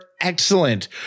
excellent